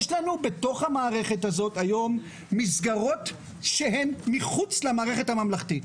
היום יש לנו בתוך המערכת הזאת מסגרות שהן מחוץ למערכת הממלכתית.